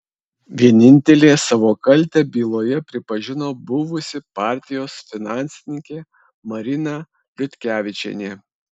vienintelė savo kaltę byloje pripažino buvusi partijos finansininkė marina liutkevičienė